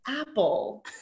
apple